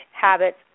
habits